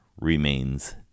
remains